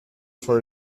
for